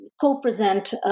co-present